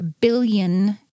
billion